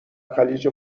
خلیج